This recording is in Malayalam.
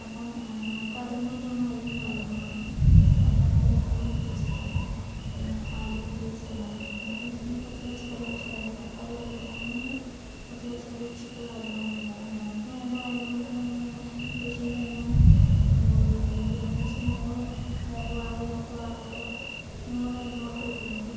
അപ്പം ഞങ്ങൾക്ക് അതിൽ നിന്ന് തന്നെയാണ് അരിയും കാര്യങ്ങളുമൊക്കെ ഞങ്ങൾ നെല്ല് കൊണ്ട് കുത്തിച്ചിട്ടാണ് പിന്നെ അരിയൊക്കെ യൂസ് ചെയ്യുന്നത് പിന്നെ എന്ന് വെച്ചിട്ടുണ്ടെങ്കിൽ കുറച്ച് പച്ചക്കറി കൃഷി അതായത് തക്കാളി വഴുതന അങ്ങനെയുള്ള കുറച്ച് പച്ചക്കറി കൃഷികൾ കാര്യങ്ങളൊക്കെ ഉണ്ട് അപ്പോൾ ഞങ്ങൾക്ക് വേണ്ട കാര്യങ്ങളൊക്കെ ഞങ്ങൾ ഞങ്ങളുടെ ഈ കൃഷിയിൽ നിന്ന് തന്നെയാണ് ഉപയോഗിക്കുന്നത് പിന്നേന്ന് വെച്ചിട്ടുണ്ടെങ്കിൽ ഞങ്ങള് അതായത് വളമില്ലാത്ത വാഴക്കുല അങ്ങനെയുള്ള കാര്യങ്ങളൊക്കെ വെക്കുന്നുണ്ട്